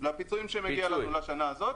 לפיצויים שמגיעים לנו לשנה הזאת.